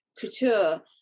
couture